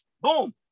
boom